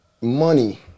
money